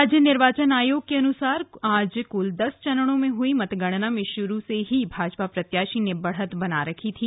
राज्य निर्वाचन आयोग के अनुसार आज कुल दस चरणों में हुई मतगणना में शुरू से ही भाजपा प्रत्याशी ने बढ़त बना रखी थी